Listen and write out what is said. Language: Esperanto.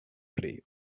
pli